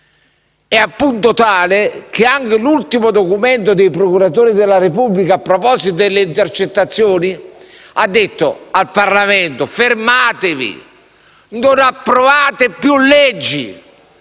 al punto tale che anche l'ultimo documento del procuratore della Repubblica, a proposito delle intercettazioni, ha detto ai parlamentari: fermativi; non approvate più leggi.